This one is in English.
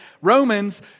Romans